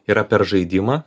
yra per žaidimą